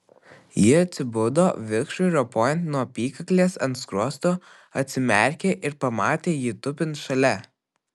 ji atsibudo vikšrui ropojant nuo apykaklės ant skruosto atsimerkė ir pamatė jį tupint šalia